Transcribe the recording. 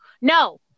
No